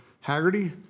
Haggerty